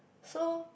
so